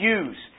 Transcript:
use